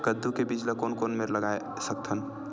कददू के बीज ला कोन कोन मेर लगय सकथन?